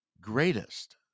greatest